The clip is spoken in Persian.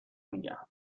میگم